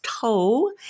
toe